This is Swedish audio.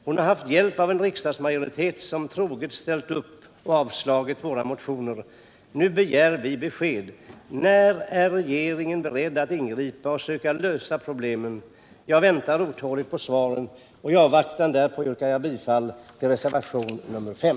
Hon har haft hjälp av en riksdagsmajoritet som troget ställt upp och avslagit våra motioner. Nu begär vi besked. När är regeringen beredd att ingripa och söka lösa problemen? Jag väntar otåligt på svaret. I avvaktan därpå yrkar jag bifall till reservationen 5.